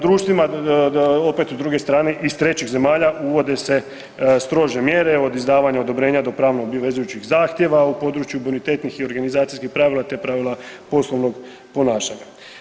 Društvima opet s druge strane iz trećih zemalja uvode se strože mjere od izdavanja odobrenja do pravno obvezujućih zahtjeva u području prioritetnih i organizacijskih pravila te pravila poslovnog ponašanja.